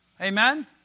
Amen